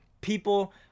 people